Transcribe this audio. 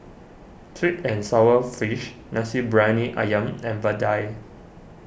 Sweet and Sour Fish Nasi Briyani Ayam and Vadai